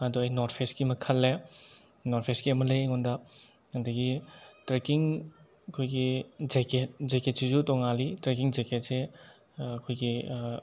ꯑꯗꯣ ꯑꯩ ꯅꯣꯔꯊ ꯐꯦꯁꯀꯤ ꯑꯃ ꯈꯜꯂꯦ ꯅꯣꯔꯊ ꯐꯦꯁꯀꯤ ꯑꯃ ꯂꯩ ꯑꯩꯉꯣꯟꯗ ꯑꯗꯒꯤ ꯇ꯭ꯔꯦꯛꯀꯤꯡ ꯑꯩꯈꯣꯏꯒꯤ ꯖꯦꯀꯦꯠ ꯖꯦꯛꯀꯦꯠꯁꯤꯁꯨ ꯇꯣꯡꯉꯥꯜꯂꯤ ꯇ꯭ꯔꯦꯛꯀꯤꯡ ꯖꯦꯀꯦꯠꯁꯦ ꯑꯩꯈꯣꯏꯒꯤ